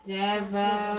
devil